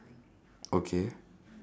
okay